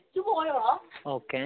okay